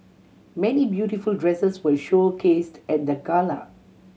many beautiful dresses were showcased at the gala